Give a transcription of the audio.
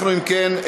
אם כן,